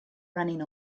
running